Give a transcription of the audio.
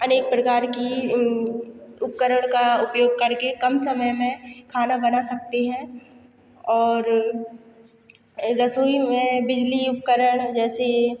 अनेक प्रकार की उपकरण का उपयोग करके कम समय में खाना बना सकते हैं और रसोई में बिजली उपकरण जैसे